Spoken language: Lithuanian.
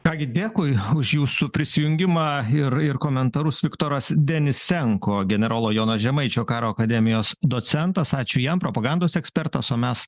ką gi dėkui už jūsų prisijungimą ir ir komentarus viktoras denisenko generolo jono žemaičio karo akademijos docentas ačiū jam propagandos ekspertas o mes